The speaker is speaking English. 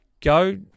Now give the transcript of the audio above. go